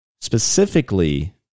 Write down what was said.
Specifically